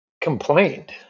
complained